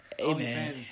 Amen